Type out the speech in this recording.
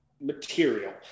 material